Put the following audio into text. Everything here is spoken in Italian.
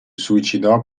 suicidò